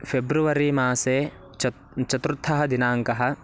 फ़ेब्रुवरी मासे च चतुर्थदिनाङ्कः